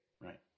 Right